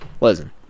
listen